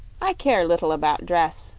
i care little about dress,